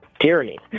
tyranny